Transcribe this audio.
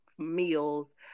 Meals